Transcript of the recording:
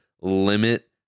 limit